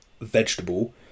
vegetable